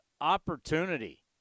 opportunity